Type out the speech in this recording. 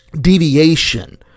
deviation